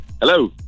hello